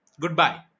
Goodbye